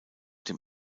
dem